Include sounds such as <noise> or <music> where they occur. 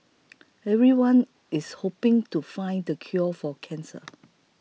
<noise> everyone is hoping to find the cure for cancer